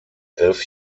elf